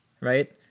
Right